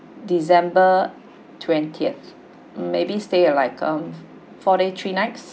december twentieth maybe stay or like um four day three nights